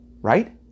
right